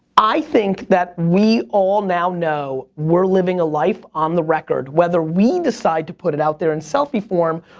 i think that we all now know we're living a life on the record. whether we decide to put it out there in selfie form,